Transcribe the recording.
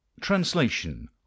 Translation